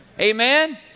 Amen